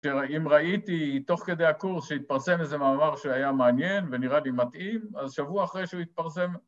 ‫אם ראיתי תוך כדי הקורס ‫שהתפרסם איזה מאמר שהיה מעניין ‫ונראה לי מתאים, ‫אז שבוע אחרי שהוא התפרסם...